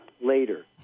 later